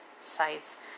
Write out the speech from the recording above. sites